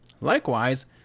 Likewise